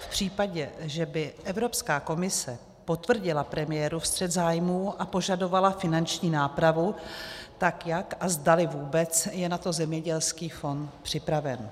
V případě, že by Evropská komise potvrdila premiérův střet zájmů a požadovala finanční nápravu, tak jak a zdali vůbec je na to zemědělských fond připraven.